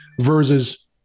versus